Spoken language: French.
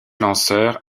lanceur